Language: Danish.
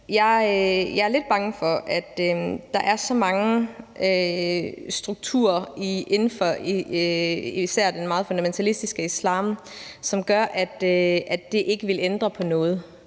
er jeg lidt bange for, at der er så mange strukturer inden for især den meget fundamentalistiske islam, som gør, at det ikke ville ændre på noget.